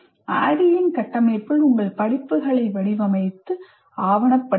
ADDIE இன் கட்டமைப்பில் உங்கள் படிப்புகளை வடிவமைத்து ஆவணப்படுத்தவும்